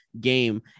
game